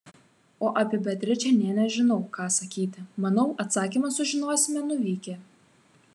o apie beatričę nė nežinau ką sakyti manau atsakymą sužinosime nuvykę